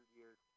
years